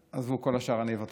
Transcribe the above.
עזבו, על כל השאר אני אוותר.